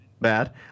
bad